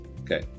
Okay